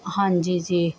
ਹਾਂਜੀ ਜੀ